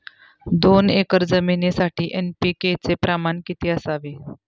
दोन एकर जमिनीसाठी एन.पी.के चे प्रमाण किती असावे?